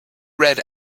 read